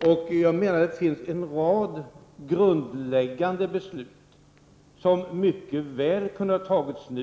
som jag har talat om. Jag menar att det finns en rad grundläggande beslut som mycket väl hade kunnat fattas nu.